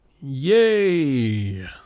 Yay